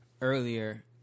earlier